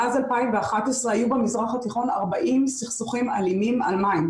מאז 2011 היו במזרח התיכון 40 סכסוכים אלימים על מים.